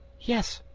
yes.